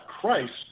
Christ